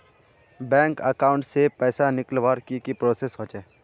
Bank account से पैसा निकालवर की की प्रोसेस होचे?